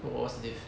oh what's the diff